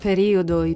Periodo